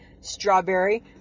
strawberry